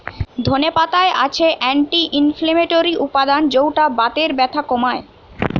ধনে পাতায় আছে অ্যান্টি ইনফ্লেমেটরি উপাদান যৌটা বাতের ব্যথা কমায়